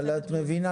אבל את מבינה